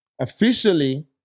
officially